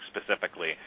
specifically